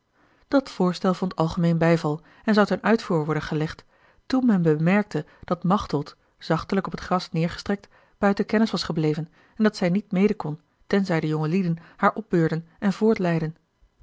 dat voorstel vond algemeen bijval en zou ten uitvoer worden gelegd toen men bemerkte dat machteld zachtelijk op het gras neêrgestrekt buiten kennis was gebleven en dat zij niet mede kon tenzij de jongelieden haar opbeurden en